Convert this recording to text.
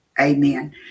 Amen